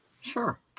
sure